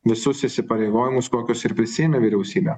visus įsipareigojimus kokius ir prisiėmė vyriausybė